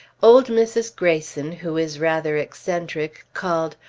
old mrs. greyson, who is rather eccentric, called,